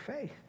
faith